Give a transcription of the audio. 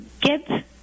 get